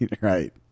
Right